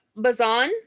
Bazan